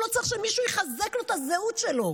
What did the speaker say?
הוא לא צריך שמישהו יחזק לו את הזהות שלו.